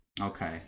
Okay